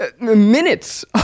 minutes